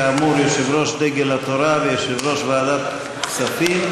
כאמור יושב-ראש דגל התורה ויושב-ראש ועדת הכספים,